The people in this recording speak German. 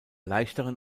leichteren